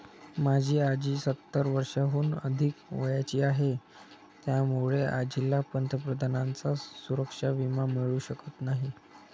माझी आजी सत्तर वर्षांहून अधिक वयाची आहे, त्यामुळे आजीला पंतप्रधानांचा सुरक्षा विमा मिळू शकत नाही